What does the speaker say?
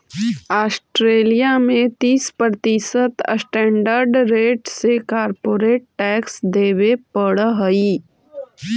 Australia में तीस प्रतिशत स्टैंडर्ड रेट से कॉरपोरेट टैक्स देवे पड़ऽ हई